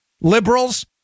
liberals